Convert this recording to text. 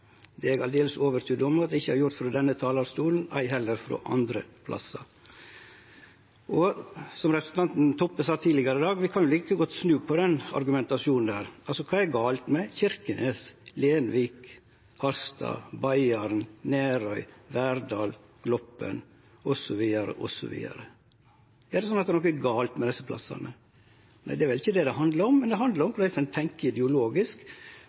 Det er eg aldeles overtydd om at eg ikkje har gjort frå denne talarstolen, ei heller andre stader. Og som representanten Toppe sa tidlegare i dag: Vi kan like godt snu på den argumentasjonen. Kva er gale med Kirkenes, Lenvik, Harstad, Beiarn, Nærøy, Verdal, Gloppen osv.? Er det slik at det er noko gale med desse plassane? Nei, det er vel ikkje det det handlar om. Det handlar om korleis ein tenkjer ideologisk,